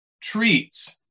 treats